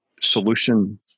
solution